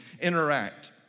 interact